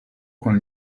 con